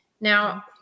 now